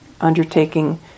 undertaking